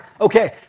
Okay